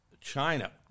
China